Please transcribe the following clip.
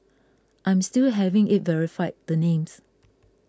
I'm still having it verified the names